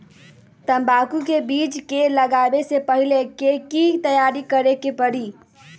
तंबाकू के बीज के लगाबे से पहिले के की तैयारी करे के परी?